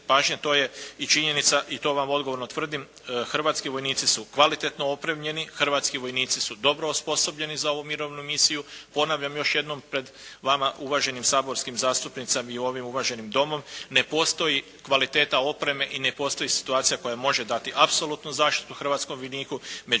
pažnje to je i činjenica i to vam odgovorno tvrdim hrvatski vojnici su kvalitetno opremljeni. Hrvatski vojnici su dobro osposobljeni za ovu mirovnu misiju. Ponavljam još jednom pred vama uvaženim saborskim zastupnicima i ovim uvaženim domom, ne postoji kvalitete opreme i ne postoji situacija koja može dati apsolutnu zaštitu hrvatskom vojniku međutim